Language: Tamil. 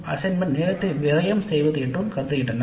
அவ்வாறே சில பயிற்றுவிப்பாளர்கள் கருதுகின்றனர்